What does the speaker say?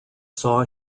saw